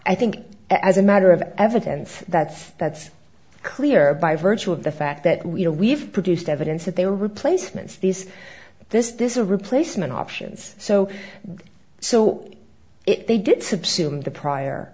i think as a matter of evidence that that's clear by virtue of the fact that we know we've produced evidence that they were replacements these this is a replacement options so so if they did subsumed the prior